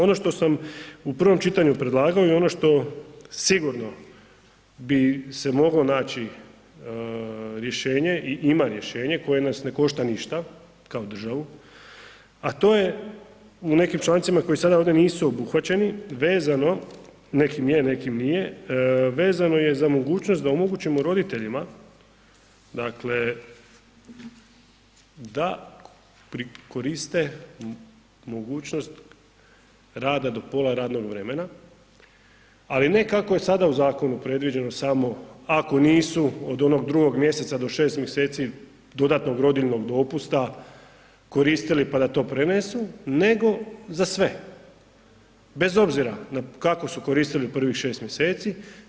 Ono što sam u prvom čitanju predlagao i ono što sigurno bi se moglo naći rješenje i ima rješenje koje nas ne košta ništa kao državu, a to je u nekim člancima koji sada ovdje nisu obuhvaćeni, vezano, nekim je nekim nije, vezano je za mogućnost da omogućimo roditeljima, dakle da pri koriste mogućnost rada do pola radnog vremena, ali ne kako je sada u zakonu predviđeno samo ako nisu od onog 2 mjeseca do 6 mjeseci dodatnog rodiljnog dopusta koristili pa da to prenesu, nego za sve bez obzira kako su koristili prvi 6 mjeseci.